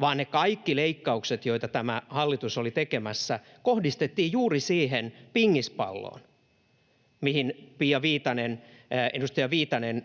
vaan ne kaikki leikkaukset, joita tämä hallitus oli tekemässä, kohdistettiin juuri siihen pingispalloon, mitä edustaja Viitanen